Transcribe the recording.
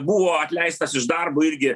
buvo atleistas iš darbo irgi